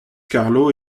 carlo